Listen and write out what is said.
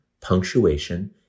punctuation